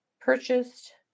purchased